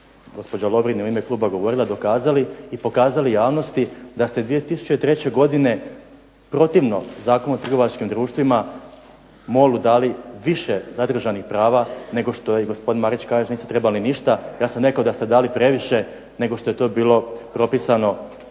gospođa Lovrin je u ime kluba govorila, dokazali i pokazali javnosti da ste 2003. godine protivno Zakonu o trgovačkim društvima MOL-u dali više zadržanih prava nego što je i gospodin Marić kaže niste trebali ništa, ja sam rekao da ste dali previše nego što je to bilo propisano